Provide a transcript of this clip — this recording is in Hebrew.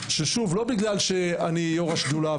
לא בגלל שאני יושב-ראש השדולה,